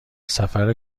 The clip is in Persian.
سفر